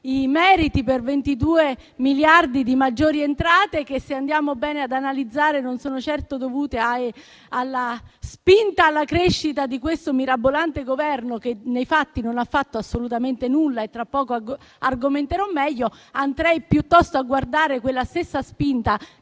i meriti per 22 miliardi di maggiori entrate; se andiamo bene ad analizzare, vediamo che non sono certo dovute alla spinta e alla crescita di questo mirabolante Governo, che in realtà non ha fatto assolutamente nulla (tra poco argomenterò meglio). Andrei piuttosto a guardare quella stessa spinta